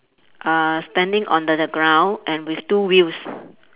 uh standing on the the ground and with two wheels